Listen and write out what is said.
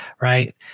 right